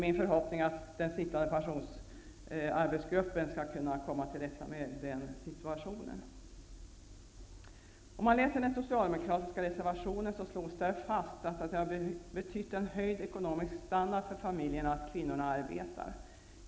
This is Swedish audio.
Min förhoppning är att pensionsarbetsgruppen skall komma till rätta med den situationen. I den socialdemokratiska reservationen slås fast att det har betytt en höjd ekonomisk standard för familjen att kvinnan arbetar.